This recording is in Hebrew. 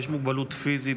יש מוגבלות פיזית,